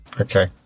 Okay